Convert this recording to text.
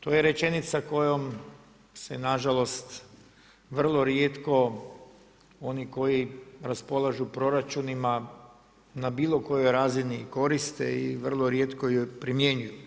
To je rečenica kojom se na žalost vrlo rijetko oni koji raspolažu proračunima na bilo kojoj razini i koriste i vrlo ju rijetko primjenjuju.